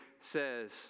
says